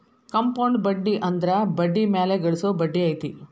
compound ಬಡ್ಡಿ ಅಂದ್ರ ಬಡ್ಡಿ ಮ್ಯಾಲೆ ಗಳಿಸೊ ಬಡ್ಡಿ ಐತಿ